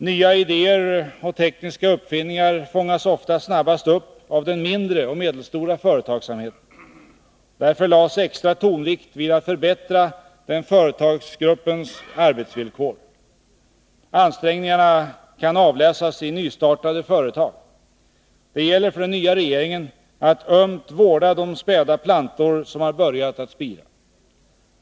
Nya idéer och tekniska uppfinningar fångas ofta snabbast upp av den mindre och medelstora företagsamheten. Därför lades extra tonvikt vid att förbättra den företagsgruppens arbetsvillkor. Ansträngningarna kan avläsas inystartade företag. Det gäller för den nya regeringen att ömt vårda de späda plantor som har börjat att spira.